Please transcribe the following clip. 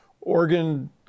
organ